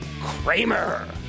Kramer